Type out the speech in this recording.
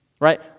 Right